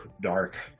dark